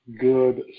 good